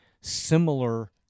similar